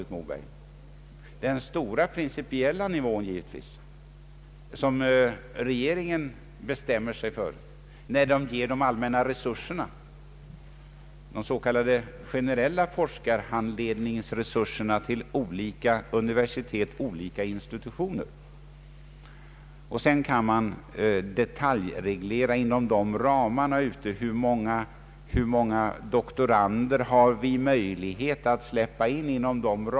Regeringen fattar de stora, principiella besluten när de allmänna resurserna, de s.k. generella forskarhandledningsresurserna för olika universitet och institutioner, tilldelas. Detaljregleringen måste sedan följa dessa ramar. Man får avväga hur många doktorander som kan släppas in.